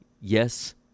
Yes